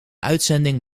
uitzending